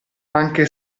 anche